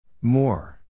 More